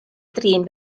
drin